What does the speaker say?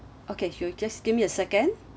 okay sure just give me a second